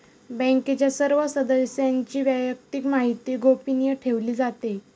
बँकेच्या सर्व सदस्यांची वैयक्तिक माहिती गोपनीय ठेवली जाते